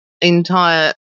entire